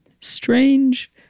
strange